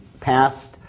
passed